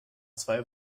zwei